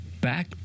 back